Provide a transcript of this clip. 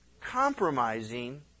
compromising